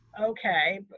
okay